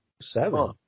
seven